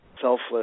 selfless